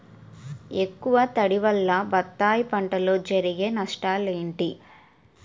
ఎక్కువ తడి వల్ల బత్తాయి పంటలో జరిగే నష్టాలేంటి?